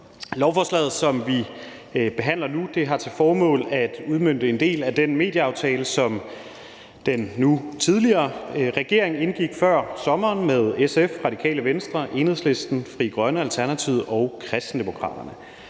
Lovforslaget, som vi behandler nu, har til formål at udmønte en del af den medieaftale, som den nu tidligere regering indgik før sommeren med SF, Radikale Venstre, Enhedslisten, Frie Grønne, Alternativet og Kristendemokraterne.